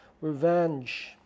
revenge